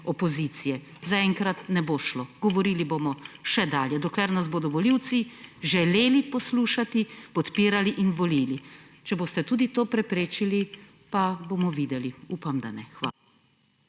opozicije. Zaenkrat ne bo šlo. Govorili bomo še dalje, dokler nas bodo volivci želeli poslušati, podpirali in volili. Če boste tudi to preprečili, pa bomo videli. Upam, da ne. Hvala.